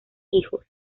hijos